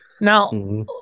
now